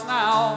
now